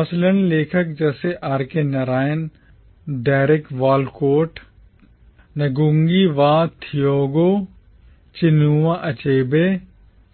मसलन लेखक जैसे RK Narayan R K Narayan Derek Walcott Derek Walcott Ngugi Wa Thiong'o Ngugi Wa Thiong'o Chinua Achebe Chinua Achebe